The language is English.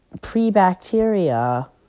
pre-bacteria